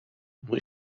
muy